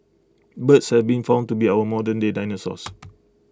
birds have been found to be our modernday dinosaurs